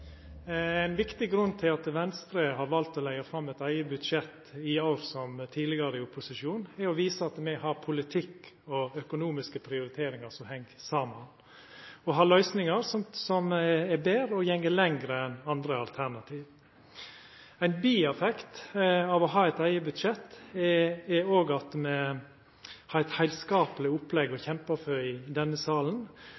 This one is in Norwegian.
Ein viktig grunn til at Venstre har valt å leggja fram eit eige budsjettforslag i år, som tidlegare i opposisjon, er å visa at me har politikk og økonomiske prioriteringar som heng saman, og at me har løysingar som er betre og går lenger enn andre alternativ. Ein biverknad av å ha eit eige budsjett er òg at me har eit heilskapleg opplegg å